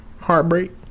Heartbreak